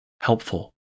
helpful